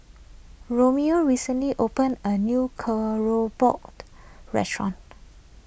Ramiro recently opened a new Keropok restaurant